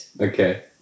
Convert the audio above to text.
Okay